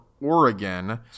Oregon